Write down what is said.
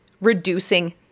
reducing